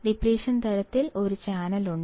depletion തരത്തിൽ ഒരു channel ഉണ്ട്